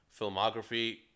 filmography